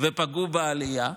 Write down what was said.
ופגעו בעלייה.